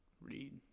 read